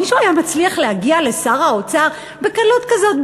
מישהו היה מצליח להגיע לשר האוצר בקלות כזאת?